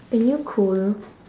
aren't you cold